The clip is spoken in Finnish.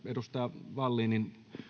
edustaja vallinin